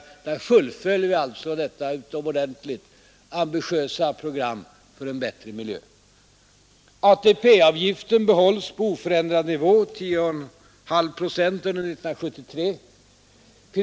Där fullföljer vi alltså det utomordentligt ambitiösa programmet för en bättre miljö. ATP-avgiften bibehålls på oförändrad nivå, 10,5 procent, under 1973.